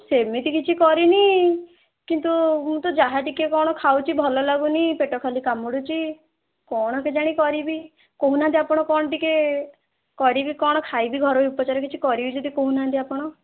ସେମିତି କିଛି କରିନି କିନ୍ତୁ ମୁଁ ତ ଯାହା ବି ଟିକେ କ'ଣ ଖାଉଛି ଭଲ ଲାଗୁନି ପେଟ ଖାଲି କାମୁଡ଼ୁଛି କ'ଣ କେଜାଣି କରିବି କହୁନାହାନ୍ତି ଆପଣ କ'ଣ ଟିକେ କରିବି କ'ଣ ଖାଇବି ଘରୋଇ ଉପଚାର କିଛି କରିବି ଯଦି କହୁନାହାନ୍ତି ଆପଣ